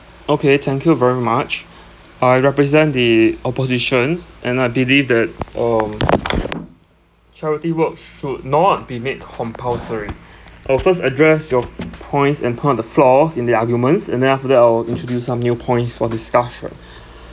okay thank you very much I represent the opposition and I believe that um charity work sh~ should not be made compulsory I'll first address your points and part of the flaws in the arguments and then after that I'll introduce some new points for discussion